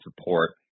support